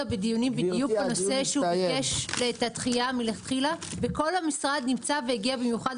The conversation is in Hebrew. ננעלה בשעה 13:25.